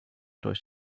durch